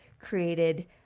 created